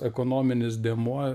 ekonominis dėmuo